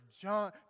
John